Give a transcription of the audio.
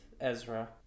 Ezra